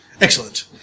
Excellent